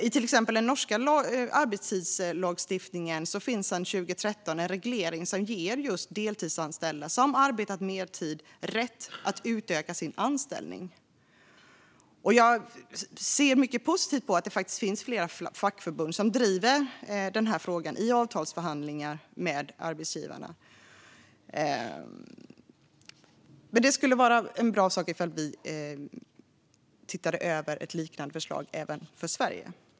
I till exempel den norska arbetstidslagstiftningen finns sedan 2013 en reglering som ger just deltidsanställda som arbetat mertid rätt att utöka sin anställning. Jag ser mycket positivt på att det finns fackförbund som driver den här frågan i avtalsförhandlingar med arbetsgivarna. Det skulle vara en bra sak om vi såg över ett liknande förslag även för Sverige.